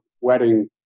wedding